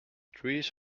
trees